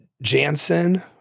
Jansen